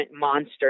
monster